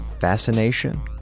fascination